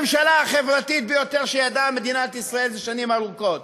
הממשלה החברתית ביותר שידעה מדינת ישראל זה שנים ארוכות,